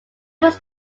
was